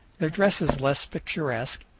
their dress is less picturesque,